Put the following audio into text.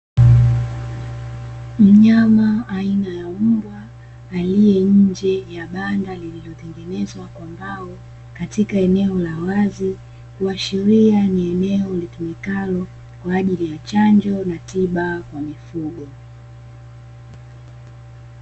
Mnyama aina ya mbwa aliye nje ya banda lililotengenezwa kwa mbao katika eneo la wazi, kuashiria ni eneo litumikalo kwa ajili ya chanjo na tiba kwa mifugo.